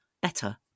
better